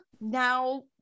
now